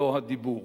לא הדיבור,